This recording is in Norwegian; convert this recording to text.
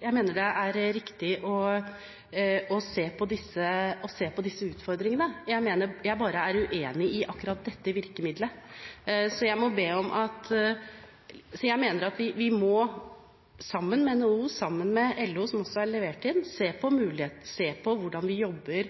Jeg mener det er riktig å se på disse utfordringene, jeg er bare uenig i akkurat dette virkemiddelet. Så jeg mener at vi må, sammen med NHO og LO, se på hvordan vi jobber